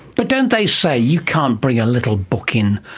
but don't they say you can't bring a little book in,